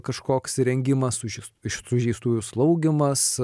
kažkoks rengimas sužeis sužeistųjų slaugymas